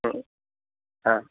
एवं हा